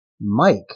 Mike